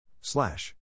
slash